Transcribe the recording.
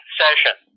session